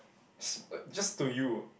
s~ uh just to you